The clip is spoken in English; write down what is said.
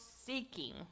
seeking